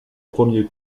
premier